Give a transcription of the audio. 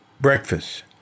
breakfast